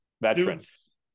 veterans